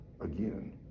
again